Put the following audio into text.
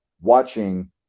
watching